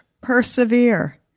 persevere